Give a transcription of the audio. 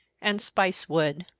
and spice wood.